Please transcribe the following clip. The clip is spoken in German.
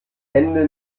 hände